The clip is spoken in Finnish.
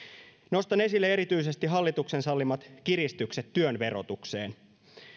nostan esille erityisesti hallituksen sallimat kiristykset työn verotukseen